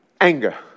anger